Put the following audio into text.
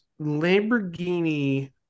Lamborghini